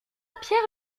pierre